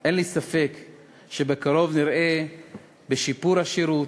שבקרוב נראה בשיפור השירות,